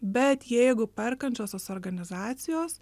bet jeigu perkančiosios organizacijos